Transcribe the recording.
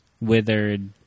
withered